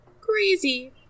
crazy